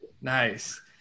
nice